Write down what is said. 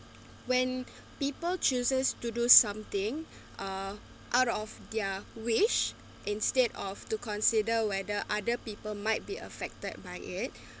when people chooses to do something uh out of their wish instead of to consider whether other people might be affected by it